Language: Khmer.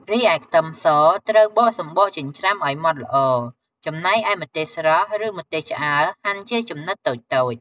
រីឯ ខ្ទឹមស ត្រូវបកសំបកចិញ្ច្រាំឲ្យម៉ត់ល្អ ចំណែកឯម្ទេសស្រស់ ឬម្ទេសឆ្អើរហាន់ជាចំណិតតូចៗ។